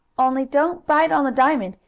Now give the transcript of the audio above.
only don't bite on the diamond.